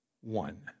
one